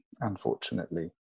unfortunately